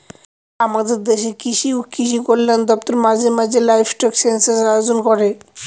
আমাদের দেশের কৃষি ও কৃষি কল্যাণ দপ্তর মাঝে মাঝে লাইভস্টক সেনসাস আয়োজন করে